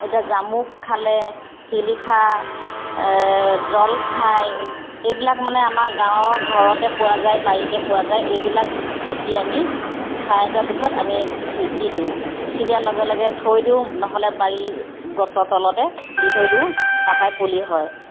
এতিয়া জামুক খালে শিলিখা জলফাই এইবিলাক মানে আমাৰ গাঁৱৰ ঘৰতে পোৱা যায় বাৰীতে পোৱা যায় এইবিলাক গুটি আমি খাই অটোৱাৰ পাছত আমি সিঁচি দিওঁ সিঁচি দিয়াৰ লগে লগে থৈ দিওঁ নহ'লে বাৰীত গছৰ তলতে দি থৈ দিওঁ তাৰপৰাই পুলি হয়